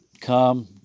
come